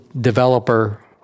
developer